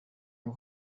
ngo